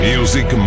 Music